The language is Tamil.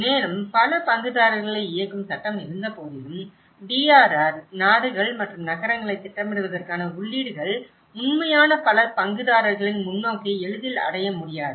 மேலும் பல பங்குதாரர்களை இயக்கும் சட்டம் இருந்தபோதிலும் DRR நாடுகள் மற்றும் நகரங்களைத் திட்டமிடுவதற்கான உள்ளீடுகள் உண்மையான பல பங்குதாரர்களின் முன்னோக்கை எளிதில் அடைய முடியாது